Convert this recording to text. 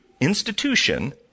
institution